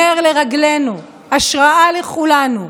נר לרגלינו, השראה לכולנו.